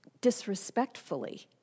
disrespectfully